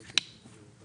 העובדים.